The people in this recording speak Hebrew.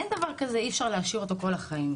אין דבר כזה אי אפשר להשאיר אותו כל החיים.